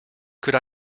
could